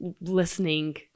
listening